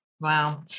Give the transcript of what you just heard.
Wow